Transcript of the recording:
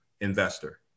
investor